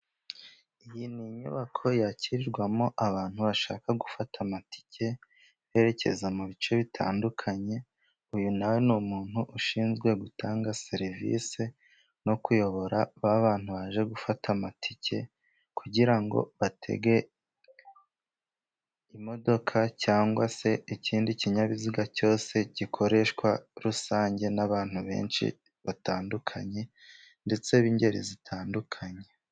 Iyi ni inyubako yakirirwamo abantu bashaka gufata amatike berekeza mu bice bitandukanye. Uyu na we ni umuntu ushinzwe gutanga serivisi no kuyobora ba bantu baje gufata amatike kugira ngo batege imodoka cyangwa se ikindi kinyabiziga cyose gikoreshwa rusange n'abantu benshi batandukanye ndetse b'ingeri zitandukanye.